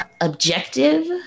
objective